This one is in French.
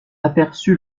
aperçut